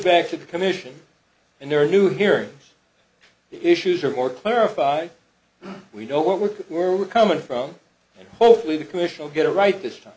back to the commission and there are new hearings the issues are more clarify we know what we were coming from and hopefully the conditional get it right this time